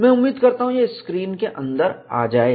मैं उम्मीद करता हूं यह स्क्रीन के अंदर आ जाए